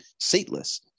seatless